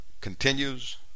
continues